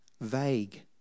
vague